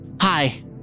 Hi